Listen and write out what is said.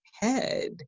head